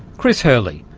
chris hurley,